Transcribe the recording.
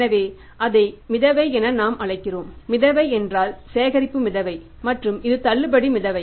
எனவே அதை மிதவை என நாம் அழைக்கிறோம் மிதவை என்றால் சேகரிப்பு மிதவை மற்றும் இது தள்ளுபடி மிதவை